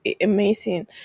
amazing